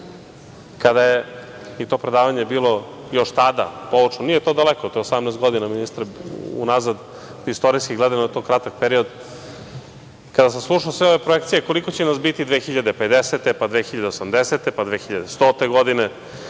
kada je i to predavanje još tada bilo poučno, nije to daleko, to je 18 godina ministre, unazad, istorijski gledano to je kratak period, kada sam slušao sve ove projekcije koliko će nas biti 2050, pa 2080, pa, 2100. godine.